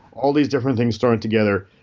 all these different things thrown in together.